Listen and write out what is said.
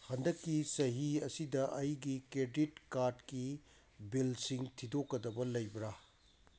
ꯍꯟꯗꯛꯀꯤ ꯆꯍꯤ ꯑꯁꯤꯗ ꯑꯩꯒꯤ ꯀ꯭ꯔꯦꯗꯤꯠ ꯀꯥꯔꯠꯀꯤ ꯕꯤꯜꯁꯤꯡ ꯊꯤꯗꯣꯛꯀꯗꯕ ꯂꯩꯕ꯭ꯔ